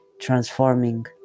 transforming